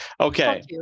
okay